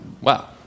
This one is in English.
Wow